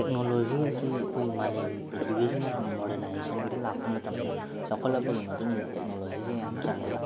technology ꯑꯁꯤ ꯑꯩꯈꯣꯏꯒꯤ ꯃꯥꯂꯦꯝ ꯄ꯭ꯔꯤꯊꯤꯕꯤꯁꯤꯅ ꯃꯣꯔꯗꯅꯥꯏꯖꯦꯁꯟꯗ ꯂꯥꯛꯄ ꯃꯇꯝꯗ ꯆꯥꯎꯈꯠꯂꯛꯄꯒꯤ ꯃꯇꯨꯡ ꯏꯟꯅ ꯇꯦꯛꯅꯣꯂꯣꯖꯤꯁꯦ ꯌꯥꯝ ꯆꯪꯉꯦꯕ